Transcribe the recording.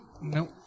Nope